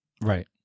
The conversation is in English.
right